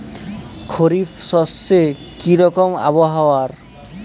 খরিফ শস্যে কি রকম আবহাওয়ার?